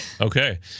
Okay